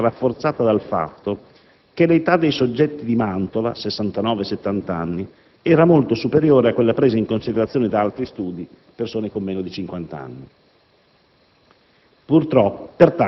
tale affermazione risulta rafforzata dal fatto che l'età dei soggetti di Mantova (69-70 anni) era molto superiore a quella presa in considerazione da altri studi (persone meno di 50 anni).